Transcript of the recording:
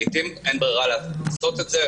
אבל לעתים אין ברירה אלא לעשות את זה.